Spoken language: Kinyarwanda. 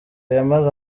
yamaze